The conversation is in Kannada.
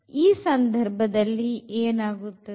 ಈ ಸಂದರ್ಭದಲ್ಲಿ ಏನಾಗುತ್ತದೆ